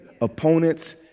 opponents